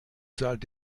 zahlt